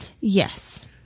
Yes